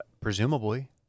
Presumably